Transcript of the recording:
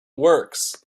works